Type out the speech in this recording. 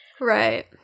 Right